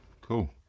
cool